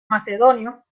macedonio